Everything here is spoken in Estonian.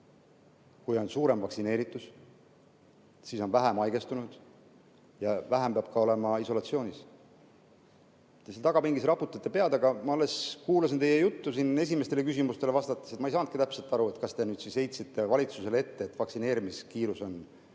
kui on suurem vaktsineeritus, siis on vähem haigestunuid ja vähem [inimesi] peab olema isolatsioonis. Te seal tagapingis raputate pead, aga ma alles kuulasin teie juttu siin esimestele küsimustele vastates ja ma ei saanudki täpselt aru, kas te heitsite valitsusele ette, et vaktsineerimiskiirus on liiga